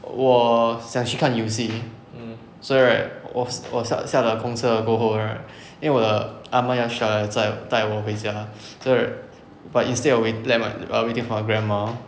我想去看游戏所以 right 我我下下了公车过后 right 因为我的 ah ma 要需要来载我带我回家所以 right but instead of wait them right waiting for my grandma